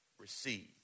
receive